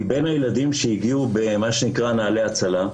מבין הילדים שהגיעו במה שנקרא נעל"ה הצלה,